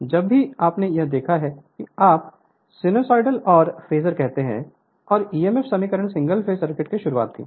जब भी आपने यह दिया है कि आप उस साइनसोइडल और फेजर कहते हैं और ईएमएफ समीकरण सिंगल फेस सर्किट की शुरुआत थी